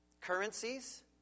currencies